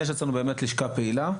יש אצלנו לשכה פעילה.